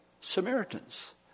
Samaritans